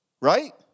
Right